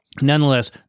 Nonetheless